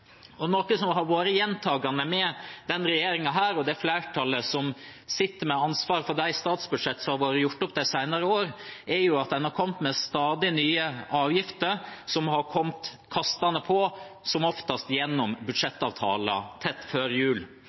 Norge. Noe gjentakende med denne regjeringen og det flertallet som sitter med ansvaret for statsbudsjettene som har vært gjort opp de senere årene, er at en har kommet med stadig nye avgifter som har kommet kastende på, som oftest gjennom budsjettavtaler tett før jul.